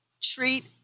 Treat